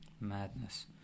madness